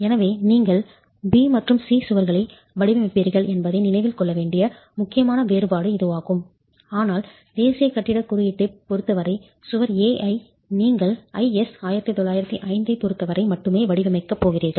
எனவே நீங்கள் B மற்றும் C சுவர்களை வடிவமைப்பீர்கள் என்பதை நினைவில் கொள்ள வேண்டிய முக்கியமான வேறுபாடு இதுவாகும் ஆனால் தேசிய கட்டிடக் குறியீட்டைப் பொறுத்தவரை சுவர் A ஐ நீங்கள் IS 1905ஐப் பொருத்தவரை மட்டுமே வடிவமைக்கப் போகிறீர்கள்